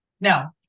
Now